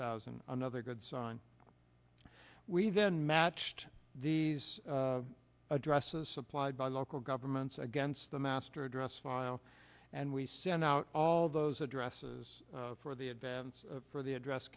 thousand another good sign we then matched these addresses supplied by local governments against the master address file and we send out all those addresses for the advance for the address